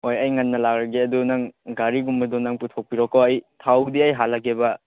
ꯍꯣꯏ ꯑꯩ ꯉꯟꯅ ꯂꯥꯛꯂꯒꯦ ꯑꯗꯨ ꯅꯪ ꯒꯥꯔꯤꯒꯨꯝꯕꯗꯣ ꯅꯪ ꯄꯨꯊꯣꯛꯄꯤꯔꯣꯀꯣ ꯑꯩ ꯊꯥꯎꯗꯤ ꯑꯩ ꯍꯥꯜꯂꯒꯦꯕ